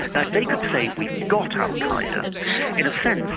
like they could say we've got al-qa'eda in a sense,